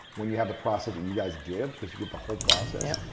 when you have the process that you guys give because you give the whole process,